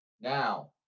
Now